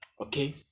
Okay